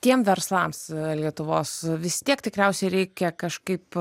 tiem verslams lietuvos vis tiek tikriausiai reikia kažkaip